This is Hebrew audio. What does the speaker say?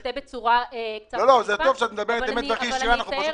מתבטא בצורה קצת חריפה אבל אתאר,